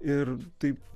ir taip